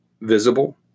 visible